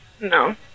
No